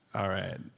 all right.